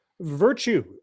Virtue